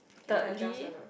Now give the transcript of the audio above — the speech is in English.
thirdly